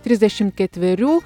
trisdešimt ketverių